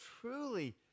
truly